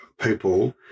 people